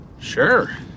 Sure